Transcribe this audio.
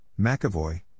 McAvoy